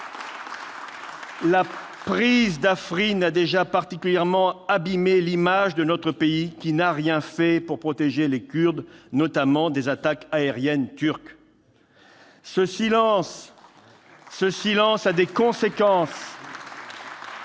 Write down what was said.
La prise d'Afrine a déjà particulièrement abîmé l'image de notre pays, qui n'a rien fait pour protéger les Kurdes, notamment des attaques aériennes turques. Ce silence a des conséquences